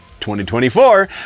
2024